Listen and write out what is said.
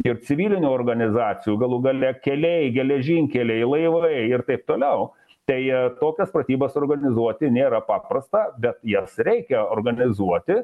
ir civilinių organizacijų galų gale keliai geležinkeliai laivai ir taip toliau tai tokias pratybas organizuoti nėra paprasta bet jas reikia organizuoti